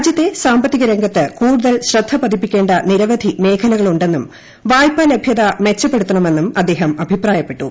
രാജ്യത്തെ സാമ്പത്തിക രംഗത്ത് കൂടുതൽ ശ്രദ്ധ പതിപ്പിക്കേണ്ട നിരവധി മേഖലകളുണ്ടെന്നും വായ്പ ലഭ്യത മെച്ചപ്പെടുത്തണമെന്നും അദ്ദേഹം അഭിപ്രായപ്പെട്ടു